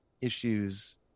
issues